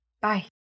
Bye